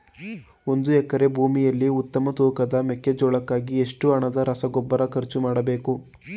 ಒಂದು ಎಕರೆ ಭೂಮಿಯಲ್ಲಿ ಉತ್ತಮ ತೂಕದ ಮೆಕ್ಕೆಜೋಳಕ್ಕಾಗಿ ಎಷ್ಟು ಹಣದ ರಸಗೊಬ್ಬರ ಖರ್ಚು ಮಾಡಬೇಕು?